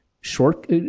short